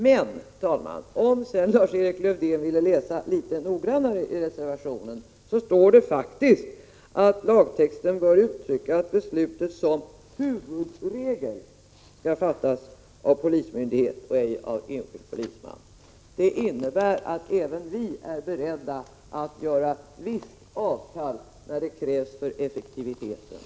Men, herr talman, om Lars-Erik Lövdén ville läsa litet noggrannare i reservationen, så skulle han finna att det faktiskt står att lagtexten bör uttrycka att beslutet som huvudregel skall fattas av polismyndighet och ej av enskild polisman. Det innebär att även vi är beredda att göra visst avkall när det krävs för effektiviteten.